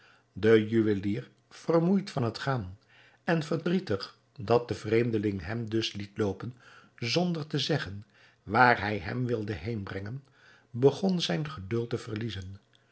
de juwelier vermoeid van het gaan en verdrietig dat de vreemdeling hem dus liet loopen zonder te zeggen waar hij hem wilde heenbrengen begon zijn geduld te verliezen